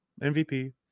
MVP